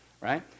Right